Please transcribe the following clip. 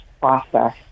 process